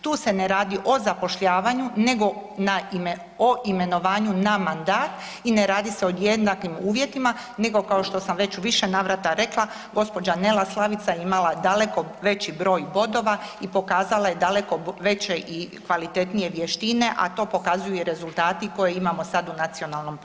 Tu se ne radi o zapošljavanju, nego naime o imenovanju na mandat i ne radi se o jednakim uvjetima, nego kao što sam već u više navrata rekla gospođa Nela Slavica je imala daleko veći broj bodova i pokazala je daleko veće i kvalitetnije vještine a to pokazuju i rezultati koje imamo sada u Nacionalnom parku.